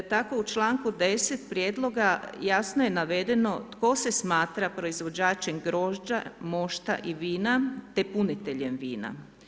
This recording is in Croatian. Tako u članku 10 prijedloga jasno je navedeno tko se smatra proizvođačem grožđa, mošta i vina te puniteljem vina.